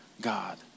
God